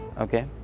okay